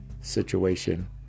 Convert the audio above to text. situation